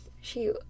she-